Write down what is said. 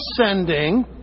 ascending